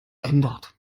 ändert